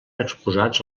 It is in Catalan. exposats